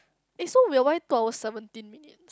is so weird why two hours seventeen minutes